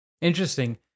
interesting